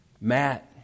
Matt